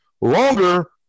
longer